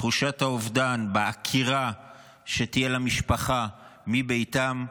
תחושת האובדן בעקירה שתהיה למשפחה מביתה,